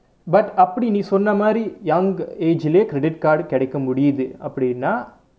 but அப்படி நீ சொன்ன மாதிரி:appadi nee sonna maathiri young age leh credit card கிடைக்க முடிது அப்படினு:kidaikka mudithu appadinu